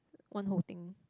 one whole thing